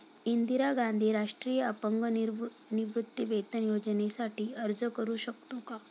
इंदिरा गांधी राष्ट्रीय अपंग निवृत्तीवेतन योजनेसाठी अर्ज करू शकतो का?